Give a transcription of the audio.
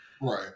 Right